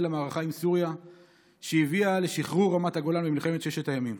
למערכה עם סוריה שהביאה לשחרור רמת הגולן במלחמת ששת הימים.